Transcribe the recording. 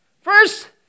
first